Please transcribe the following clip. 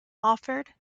offered